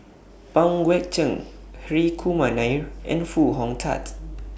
Pang Guek Cheng Hri Kumar Nair and Foo Hong Tatt